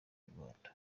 nyarwanda